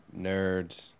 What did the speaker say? Nerds